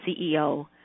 CEO